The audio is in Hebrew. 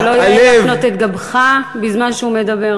לא נאה להפנות את גבך בזמן שהוא מדבר.